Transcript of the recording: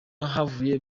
havuye